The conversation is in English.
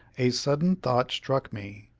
a sudden thought struck me,